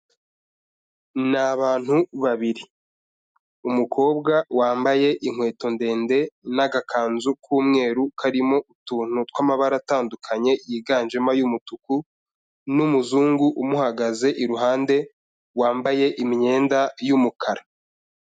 Ni abantu babiri. Umukobwa wambaye inkweto ndende n'agakanzu k'umweru karimo utuntu tw'amabara atandukanye yiganjemo ay'umutuku n'umuzungu umuhagaze iruhande, wambaye imyenda y'umukara.